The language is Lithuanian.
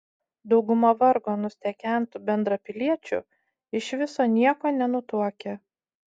dauguma vargo nustekentų bendrapiliečių iš viso nieko nenutuokia